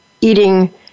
eating